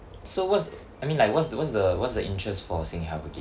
so what's I mean like what's the what's the what's the interest for singhealth again